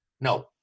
no